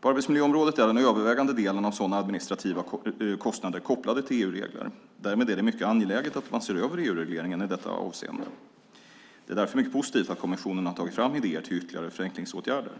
På arbetsmiljöområdet är den övervägande delen av sådana administrativa kostnader kopplad till EU-regler. Därmed är det mycket angeläget att man ser över EU-regleringen i detta avseende. Det är därför mycket positivt att kommissionen har tagit fram idéer till ytterligare förenklingsåtgärder.